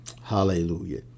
Hallelujah